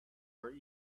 our